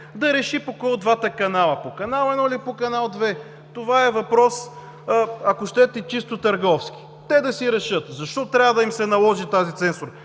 да реши по кой от двата канала – по Канал 1 или по Канал 2? Това е въпрос, ако щете, чисто търговски – те да си решат защо трябва да им се наложи тази цензура?